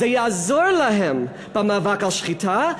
זה יעזור להם במאבק על השחיטה,